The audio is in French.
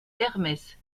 hermès